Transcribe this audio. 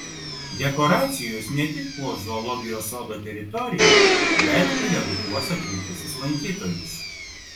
dekoracijos ne tik puoš zoologijos sodo teritoriją bet ir edukuos atvykusius lankytojus